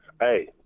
hey